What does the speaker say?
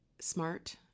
smart